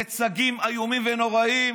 מיצגים איומים ונוראיים,